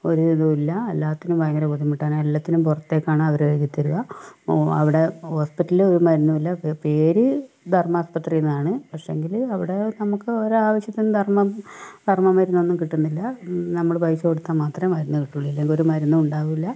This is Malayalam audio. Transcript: ഒരിതും ഇല്ല എല്ലാത്തിനും ഭയങ്കര ബുദ്ധിമുട്ടാണ് എല്ലാത്തിനും പുറത്തേയ്ക്കാണ് അവർ എഴുതി തരിക അവിടെ ഹോസ്പിറ്റലിൽ ഒരു മരുന്നുമില്ല പേര് ധർമ്മാസ്പത്രി എന്നാണ് പക്ഷെയെങ്കിൽ അവിടെ നമുക്ക് ഒരാവശ്യത്തിനും ധർമ്മം ധർമ്മം മരുന്നൊന്നും കിട്ടുന്നില്ല നമ്മൾ പൈസ കൊടുത്താൽ മാത്രമേ മരുന്ന് കിട്ടുള്ളു ഇല്ലെങ്കിൽ ഒരു മരുന്നും ഉണ്ടാവില്ല